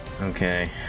Okay